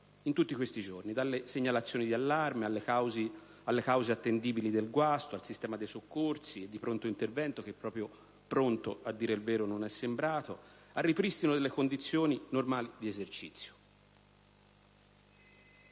fatti in questi giorni, dalle segnalazioni d'allarme alle cause attendibili del guasto, al sistema dei soccorsi e di pronto intervento (che proprio pronto, a dire il vero, non è sembrato), al ripristino delle condizioni normali di esercizio.